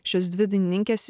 šios dvi dainininkės